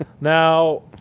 Now